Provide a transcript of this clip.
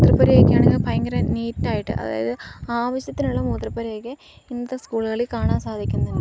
മൂത്രപ്പുരയൊക്കെയാണെങ്കിൽ ഭയങ്കര നീറ്റായിട്ട് അതായത് ആവശ്യത്തിനുള്ള മൂത്രപ്പുരയൊക്കെ ഇന്നത്തെ സ്കൂളുകളിൽ കാണാൻ സാധിക്കുന്നുണ്ട്